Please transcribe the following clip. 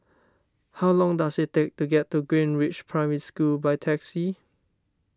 how long does it take to get to Greenridge Primary School by taxi